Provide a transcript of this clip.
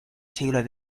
siglo